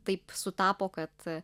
taip sutapo kad